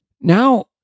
now